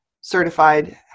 certified